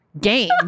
game